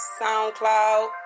SoundCloud